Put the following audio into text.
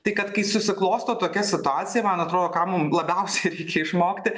tai kad kai susiklosto tokia situacija man atrodo kam labiausiai reikia išmokti